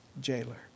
jailer